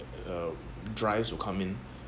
uh drives will come in